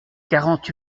quarante